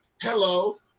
Hello